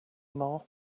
more